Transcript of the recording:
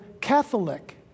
Catholic